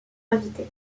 invitée